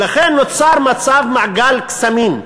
לכן נוצר מעגל קסמים,